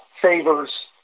favors